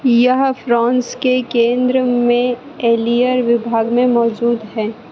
यह फ्रान्स के केन्द्र में एलियर विभाग में मौजूद है